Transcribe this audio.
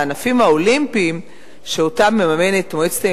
הענפים האולימפיים שאותם מממנת מועצת ההימורים,